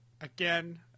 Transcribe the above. again